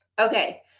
Okay